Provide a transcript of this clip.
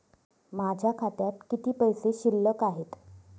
माझ्या खात्यात किती पैसे शिल्लक आहेत?